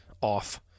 off